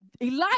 Elijah